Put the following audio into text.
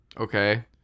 Okay